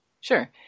sure